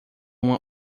uma